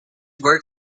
work